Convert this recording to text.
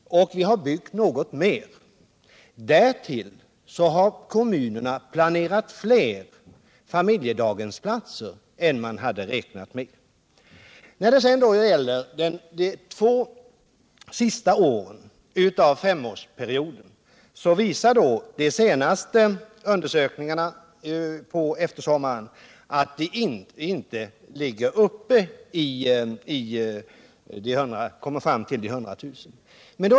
Vi har t.o.m. byggt något mer. Därtill har kommunerna planerat fler familjedaghemsplatser än man hade räknat med. När det gäller de två sista åren i femårsperioden visade de senaste sammanställningarna att vi inte skulle nå upp till 100 000 platser.